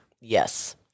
Yes